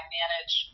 manage